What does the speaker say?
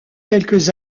quelques